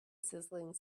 sizzling